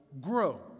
grow